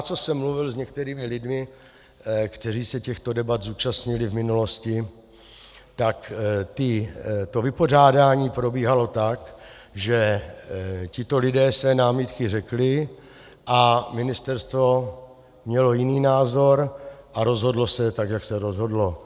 Co jsem já mluvil s některými lidmi, kteří se těchto debat zúčastnili v minulosti, tak to vypořádání probíhalo tak, že tito lidé své námitky řekli a ministerstvo mělo jiný názor a rozhodlo se tak, jak se rozhodlo.